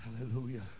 Hallelujah